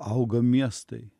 auga miestai